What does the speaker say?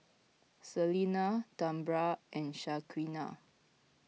Salina Tambra and Shaquana